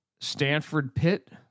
Stanford-Pitt